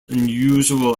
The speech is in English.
unusual